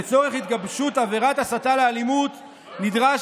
לצורך התגבשות עבירת הסתה לאלימות נדרש